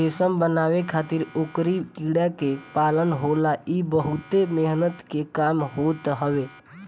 रेशम बनावे खातिर ओकरी कीड़ा के पालन होला इ बहुते मेहनत के काम होत हवे